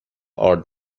ارد